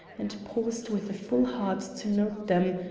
and paused with a full heart to note them,